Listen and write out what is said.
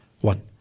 One